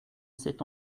cet